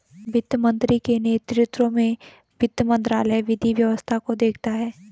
वित्त मंत्री के नेतृत्व में वित्त मंत्रालय विधि व्यवस्था को देखता है